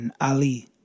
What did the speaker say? Ali